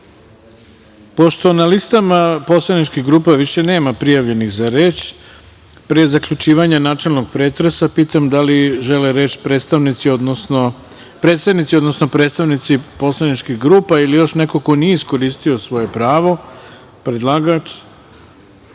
na listama poslaničkih grupa više nema prijavljenih za reč, pre zaključivanja načelnog pretresa, pitam da li žele reč predsednici odnosno predstavnici poslaničkih grupa ili još neko ko nije iskoristio svoje pravo?